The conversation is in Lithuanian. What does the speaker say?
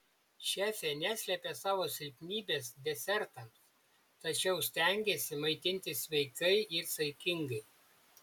šefė neslepia savo silpnybės desertams tačiau stengiasi maitintis sveikai ir saikingai